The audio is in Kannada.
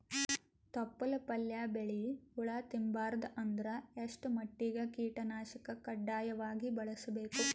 ತೊಪ್ಲ ಪಲ್ಯ ಬೆಳಿ ಹುಳ ತಿಂಬಾರದ ಅಂದ್ರ ಎಷ್ಟ ಮಟ್ಟಿಗ ಕೀಟನಾಶಕ ಕಡ್ಡಾಯವಾಗಿ ಬಳಸಬೇಕು?